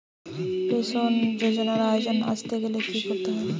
Pension যজোনার আওতায় আসতে গেলে কি করতে হবে?